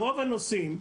ברוב הנושאים,